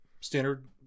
Standard